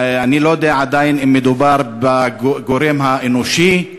אני לא יודע עדיין אם מדובר בגורם האנושי,